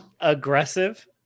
aggressive